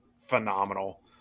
phenomenal